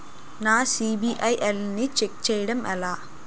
నా సిబిఐఎల్ ని ఛెక్ చేయడం ఎలా?